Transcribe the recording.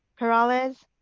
peralez,